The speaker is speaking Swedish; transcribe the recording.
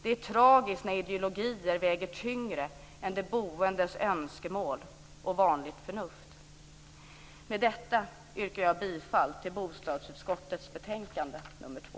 Det är tragiskt när ideologier väger tyngre än de boendes önskemål och vanligt förnuft. Med detta yrkar jag bifall till hemställan i bostadsutskottets betänkande nr 2.